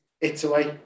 Italy